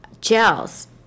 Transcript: gels